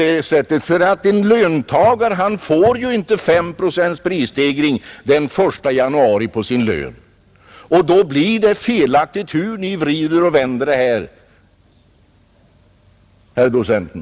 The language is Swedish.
En löntagare får ju inte 5 procents prisstegring på sin lön den 1 januari, och då är det felaktigt, hur ni än vrider och vänder det här, herr docenten.